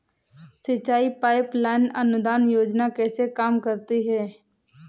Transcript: सिंचाई pipeline अनुदान योजना कैसे काम करती है?